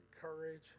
courage